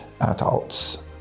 adults